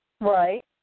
Right